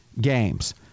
games